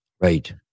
Right